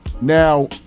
Now